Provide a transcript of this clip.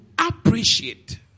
appreciate